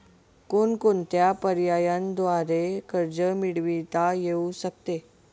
कोणकोणत्या पर्यायांद्वारे कर्ज मिळविता येऊ शकते?